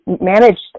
managed